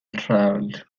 travelled